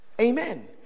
Amen